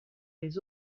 les